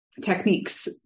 techniques